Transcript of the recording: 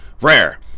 Rare